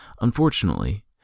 Unfortunately